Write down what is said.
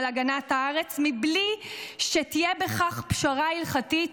על הגנת הארץ מבלי שתהיה בכך פשרה הלכתית,